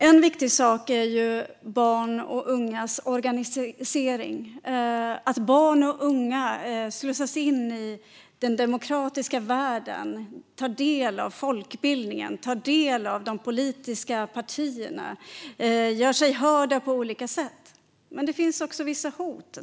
En viktig sak är barns och ungas organisering, att barn och unga slussas in i den demokratiska världen, tar del av folkbildningen, tar del av de politiska partierna och gör sig hörda på olika sätt. Men även där finns vissa hot.